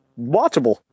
watchable